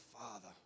father